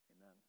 Amen